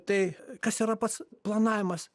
tai kas yra pats planavimas